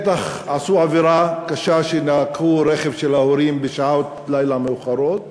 בטח עשו עבירה קשה כשלקחו רכב של ההורים בשעות לילה מאוחרות